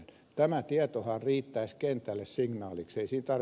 tämä tietohan riittäisi kentälle signaaliksi